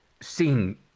Seeing